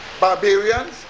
Barbarians